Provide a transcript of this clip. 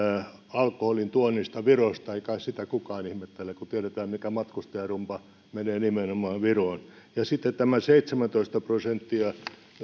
alkoholintuonnista on virosta ei kai sitä kukaan ihmettele kun tiedetään mikä matkustajarumba menee nimenomaan viroon ja sitten tämä seitsemäntoista prosenttia